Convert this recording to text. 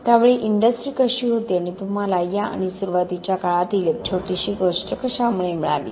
त्यावेळी इंडस्ट्री कशी होती आणि तुम्हाला या आणि सुरुवातीच्या काळातील एक छोटीशी गोष्ट कशामुळे मिळाली